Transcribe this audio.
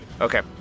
Okay